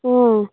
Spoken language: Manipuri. ꯑꯣ